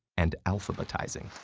and alphabetizing.